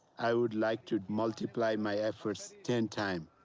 i would like to multiply my efforts ten times.